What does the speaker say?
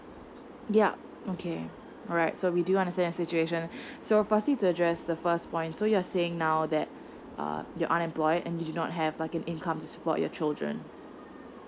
yup okay alright so we do understand the situation so firstly to address the first point so you're saying now that uh you're unemployed and you do not have like income to support your children